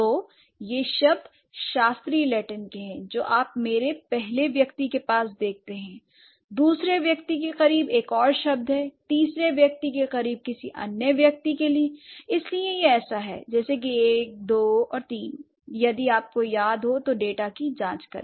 तो ये शब्द शास्त्रीय लैटिन के हैं जो आप मेरे पहले व्यक्ति के पास देखते हैं दूसरे व्यक्ति के करीब एक और शब्द है तीसरे व्यक्ति के करीब किसी अन्य व्यक्ति के लिए इसलिए यह ऐसा है जैसे १ २ ३ यदि आपको याद है तो डेटा कि जांच करें